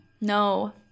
No